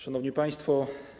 Szanowni Państwo!